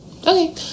okay